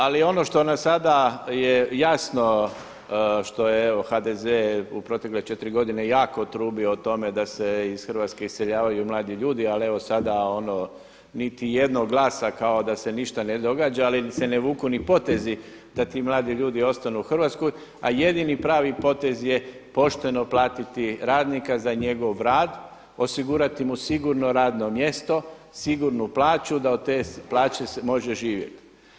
Ali ono što nam sada je jasno, što je evo HDZ u protekle četiri godine jako trubi o tome da se ih Hrvatske iseljavaju mladi ljudi, ali evo sada ono niti jednog glasa kao da se ništa ne događa, ali se ne vuku ni potezi da ti mladi ljudi ostanu u Hrvatskoj, a jedini pravi potez je pošteno platiti radnika za njegov rad, osigurati mu sigurno radno mjesto, sigurnu plaću da od te plaće može živjeti.